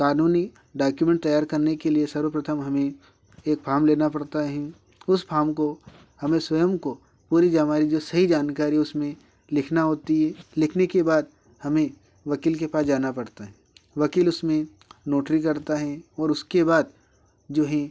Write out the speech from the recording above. कानूनी डॉक्यूमेंट तैयार करने के लिए सर्वप्रथम हमें एक फार्म लेना पड़ता है उस फार्म को हमें स्वयं को पूरी हमारी जो सही जानकारी उसमें लिखना होती है लिखने के बाद हमें वकील के पास जाना पड़ता है वकील उसमें नोटरी करता है और उसके बाद जो है